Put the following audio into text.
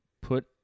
put